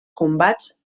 combats